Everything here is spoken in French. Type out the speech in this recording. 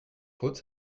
faute